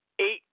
eight